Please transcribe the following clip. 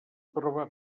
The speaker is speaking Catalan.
prova